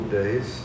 days